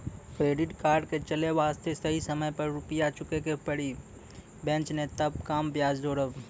Credit card के चले वास्ते सही समय पर रुपिया चुके के पड़ी बेंच ने ताब कम ब्याज जोरब?